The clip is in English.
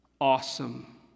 awesome